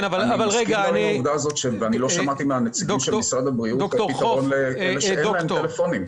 אני גם לא שמעתי מהנציגים של משרד הבריאות פתרון לאלה שאין להם טלפונים.